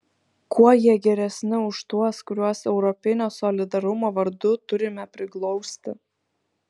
kuo jie geresni už tuos kuriuos europinio solidarumo vardu turime priglausti